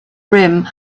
rim